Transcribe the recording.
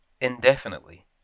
indefinitely